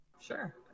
Sure